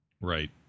Right